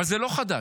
אבל זה לא חדש.